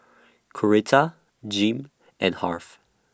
Coretta Jim and Harve